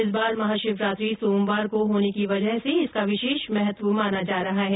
इस बार महाशिवरात्रि सोमवार को होने की वजह से इसका विशेष महत्व माना जा रहा है